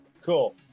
Cool